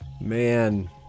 Man